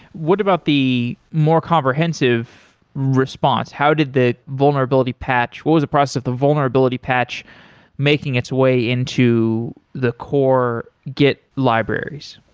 what about the more comprehensive response? how did the vulnerability patch what was the process of the vulnerability patch making its way into the core git libraries?